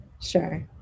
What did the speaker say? sure